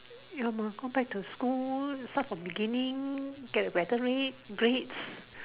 you must go back to school start from the beginning get better grade grades